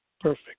perfect